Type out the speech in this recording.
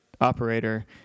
operator